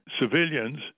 civilians